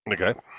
Okay